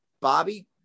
Bobby